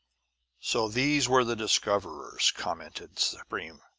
so these were the discoverers, commented supreme.